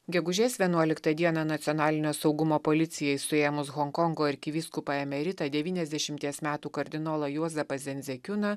gegužės vienuoliktą dieną nacionalinio saugumo policijai suėmus honkongo arkivyskupą emeritą devyniasdešimties metų kardinolą juozapą zenzekiuną